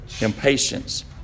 impatience